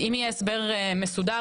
אם יהיה הסבר מסודר